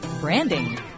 branding